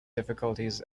difficulties